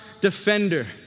defender